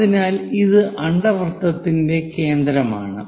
അതിനാൽ ഇത് അണ്ഡവൃത്തത്തിന്റെ കേന്ദ്രമാണ്